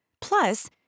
Plus